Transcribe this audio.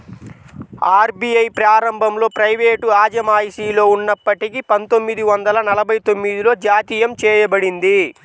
RBI ప్రారంభంలో private అజమాయిషిలో ఉన్నప్పటికీ పందొమ్మిది వందల నలభై తొమ్మిదిలో జాతీయం చేయబడింది